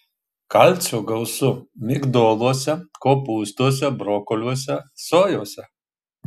kalcio gausu migdoluose kopūstuose brokoliuose sojose